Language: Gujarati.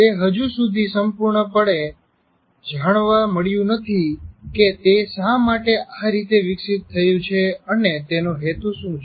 તે હજુ સુધી સંપૂર્ણપણે જાણવા મળ્યું નથી કે તે શા માટે આ રીતે વિકસીત થયું છે અને તેનો હેતુ શું છે